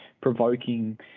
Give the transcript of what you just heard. provoking